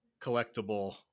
collectible